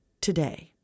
Today